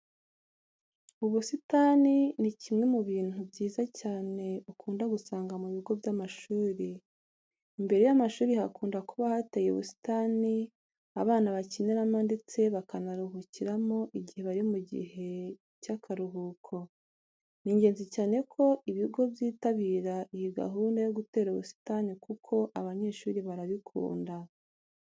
Ubusitani ni kimwe mu bintu byiza cyane ukunda gusanga mu bigo by'amashuri. Imbere y'amashuri hakunda kuba hateye ubusitani abana bakiniramo ndetse bakanaruhukiramo igihe bari mu gihe cy'akaruhuko. Ni ingenzi cyane ko ibigo byitabira iyi gahunda yo gutera ubusitani kuko abanyeshuri barabikunda.